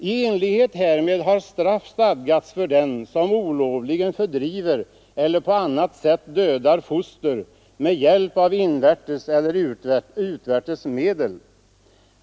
I enlighet härmed har straff stadgats för den som olovligen fördriver eller på annat sätt dödar foster med hjälp av invärtes eller utvärtes medel.